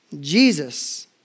Jesus